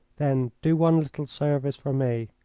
then do one little service for me.